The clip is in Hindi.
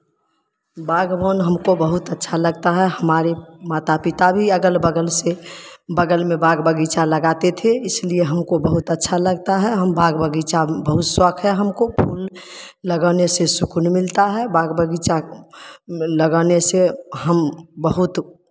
बागवान हमको बहुत अच्छा लगता है हमारे माता पिता भी अगल बगल से बगल में बाग बगीचा लगाते थे इसलिए हमको बहुत अच्छा लगता है हम बाग बगीचा बहुत शौक है हमको फूल लगाने से सुकून मिलता है बाग बगीचा लगाने से हम बहुत